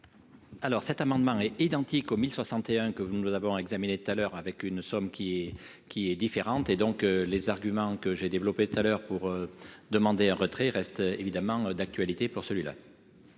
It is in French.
Alors, cet amendement est identique aux 1061 que vous ne doit d'abord examiner tout à l'heure avec une somme qui est qui est différente, et donc les arguments que j'ai développé tout à l'heure pour demander un retrait reste évidemment d'actualité pour celui-là.